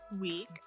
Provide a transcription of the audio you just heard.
week